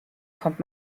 kommt